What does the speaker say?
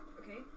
Okay